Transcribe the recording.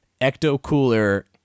ecto-cooler